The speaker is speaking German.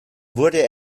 wurde